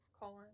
colon